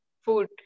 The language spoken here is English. food